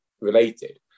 related